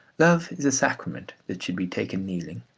love is a sacrament that should be taken kneeling,